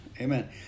Amen